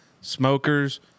Smoker's